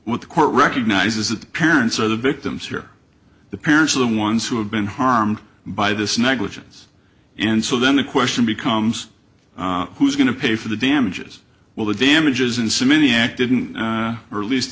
what the court recognizes that the parents are the victims here the parents of the ones who have been harmed by this negligence and so then the question becomes who's going to pay for the damages will the damages and so many act didn't or at least